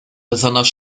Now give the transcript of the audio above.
besonders